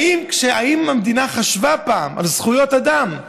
האם המדינה חשבה פעם על זכויות אדם,